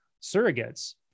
surrogates